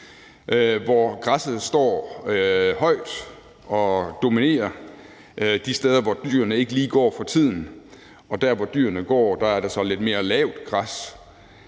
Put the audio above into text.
hvor græsset står højt og dominerer de steder, hvor dyrene ikke lige går for tiden, og dér, hvor dyrene går, er der så lidt mere lavt græs.